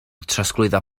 trosglwyddo